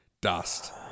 dust